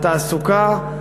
התעסוקה,